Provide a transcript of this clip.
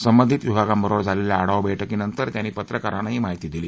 संबंधित विभागांबरोबर झालेल्या आढावा बैठकीनंतर त्यांनी पत्रकारांना ही माहिती दिली